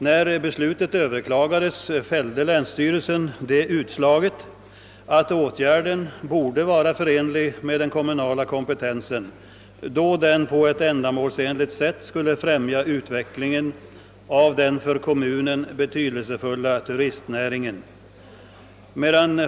När beslutet överklagades fällde länsstyrelsen det utslaget att åtgärden borde vara förenlig med den kommunala kompetensen, eftersom den på ett ända målsenligt sätt skulle främja utvecklingen av den för kommunen betydelsefulla turistnäringen.